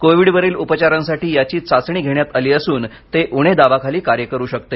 कोविडवरील उपचारांसाठी याची चाचणी घेण्यात आली असून ते उणे दाबाखाली कार्य करू शकते